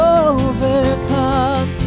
overcome